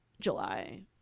July